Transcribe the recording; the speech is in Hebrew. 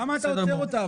למה אתה עוצר אותה?